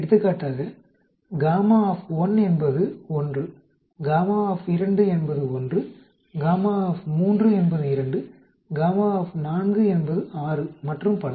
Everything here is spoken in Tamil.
எடுத்துக்காட்டாக γ என்பது 1 γ என்பது 1 γ என்பது 2 γ என்பது 6 மற்றும் பல